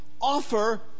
offer